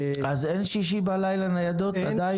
אז אין בשישי בלילה ניידות עדיין?